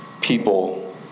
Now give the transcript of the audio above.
people